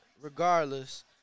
regardless